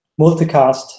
multicast